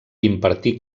impartí